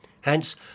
Hence